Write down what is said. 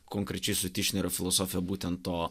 konkrečiai su tišnerio filosofija būtent to